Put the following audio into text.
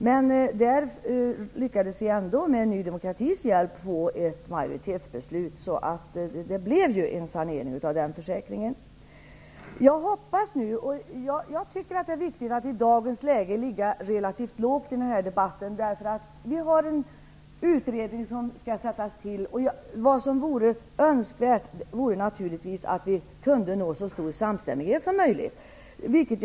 Men vi lyckades ändå med Ny demokratis hjälp att få till ett majoritetsbeslut så att en sanering kunde komma till stånd av den försäkringen. Jag tycker att det är viktigt att i dagsläget ligga relativt lågt i debatten. En utredning skall tillsättas. Det vore önskvärt att få en så stor samstämmighet som möjligt.